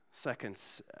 Seconds